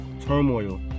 turmoil